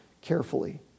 carefully